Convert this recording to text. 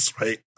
right